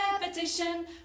repetition